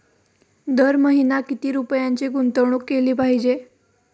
दर महिना किती रुपयांची गुंतवणूक केली पाहिजे?